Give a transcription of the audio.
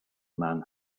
man